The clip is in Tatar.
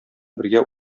бергә